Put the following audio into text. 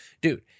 dude